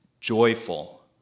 joyful